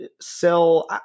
sell